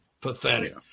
Pathetic